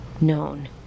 known